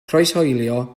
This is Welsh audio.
croeshoelio